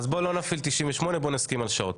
אז בואו לא נפעיל את 98, נסכים על שעות.